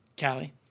Callie